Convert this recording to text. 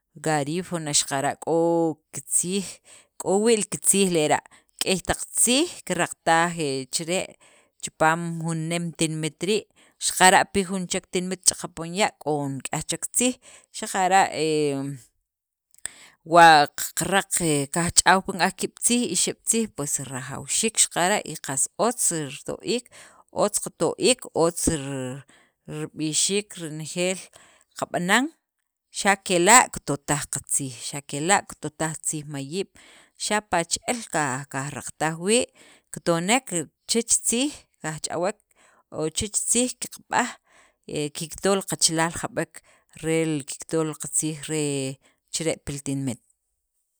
Garifuna xaqara' k'oo kitziij, k'o wii' li kitziij lera', k'ey taq tziij kiraqtaj he chire' chipaam jun nem tinimet tii', xaqara' pi jun chek tinimet ch'aqa poon ya' k'o nik'yaj chek tziij, xaqara' he wa qaraq he qajch'aw pi nik'yaj ki'ab, ixeb' tziij pues rajawxiik xaqara' y qas otz rito'iik, otz qato'iik, otz rr rib'ixiik renejeel qab'anan, xa' kela' kitotaj qatziij, xa' kela' kitotaj li tziij mayiib' xapa' che'el qaj qajraqataj wii', kitonek chich tziij qajch'awek o chech tziij qaqb'aj, e kikto' li qachalaal jab'ek rel kikto li qatziij re chire' pi li tinimet.